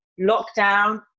Lockdown